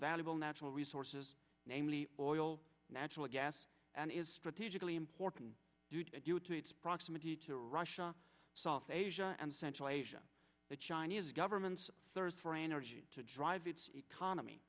valuable natural resources namely oil natural gas and is strategically important due to its proximity to russia soft asia and central asia the chinese government's thirst for energy to drive its economy